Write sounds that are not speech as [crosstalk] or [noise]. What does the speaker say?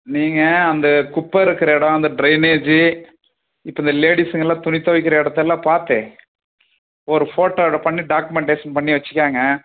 நீங்கள் அந்த குப்பை இருக்கிற இடம் அந்த ட்ரைனேஜி இப்போ இந்த லேடிஸுங்கலாம் துணி துவைக்கிற இடத்தெல்லாம் பார்த்து ஒரு ஃபோட்டோ [unintelligible] பண்ணி டாக்குமெண்டேஷன் பண்ணி வச்சுக்கோங்க